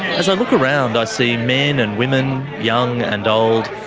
as i look around, i see men and women, young and old,